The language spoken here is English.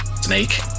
Snake